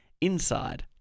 Inside